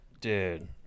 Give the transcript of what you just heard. Dude